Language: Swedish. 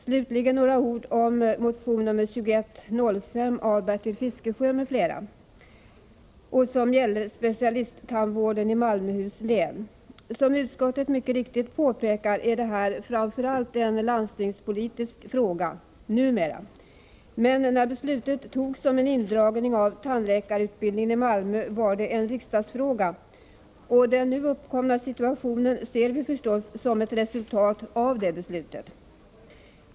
Slutligen några ord om motion nr 2105 av Bertil Fiskesjö m.fl., som gäller specialisttandvården i Malmöhus län. Som utskottet mycket riktigt påpekar är detta framför allt en landstingspolitisk fråga — numera. Men när beslutet fattades om en indragning av tandläkarutbildningen i Malmö var det en riksdagsfråga. Den nu uppkomna situationen ser vi förstås som ett resultat av det beslutet.